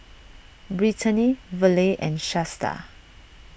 Britany Verle and Shasta